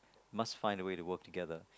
must find a way to work together